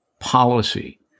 policy